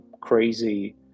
crazy